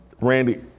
Randy